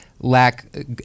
lack